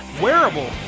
wearable